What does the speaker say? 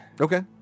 okay